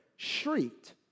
shrieked